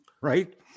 Right